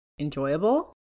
enjoyable